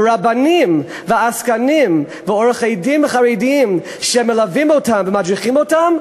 ורבנים ועסקנים ועורכי-דין חרדיים שמלווים אותם ומדריכים אותם,